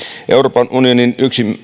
euroopan unionin